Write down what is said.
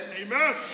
Amen